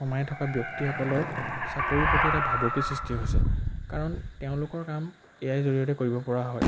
সোমাই থকা ব্যক্তিসকলৰ চাকৰিৰ প্ৰতি এটা ভাবুকীৰ সৃষ্টি হৈছে কাৰণ তেওঁলোকৰ কাম এ আই জৰিয়তে কৰিব পৰা হয়